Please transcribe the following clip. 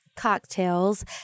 Cocktails